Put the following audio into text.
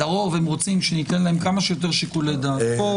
לרוב הם רוצים שניתן להם כמה שיותר שיקולי דעת.